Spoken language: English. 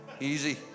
easy